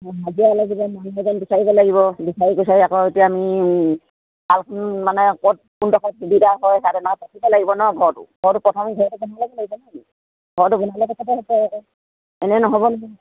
হাজিৰা লাগিব মানুহ এজন বিচাৰিব লাগিব বিচাৰি খোচাৰি আকৌ এতিয়া আমি শালখন মানে ক'ত সুবিধা হয় তাতে